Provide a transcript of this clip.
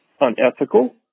unethical